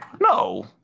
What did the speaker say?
No